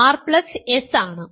a r s ആണ്